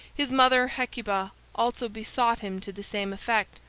his mother, hecuba, also besought him to the same effect,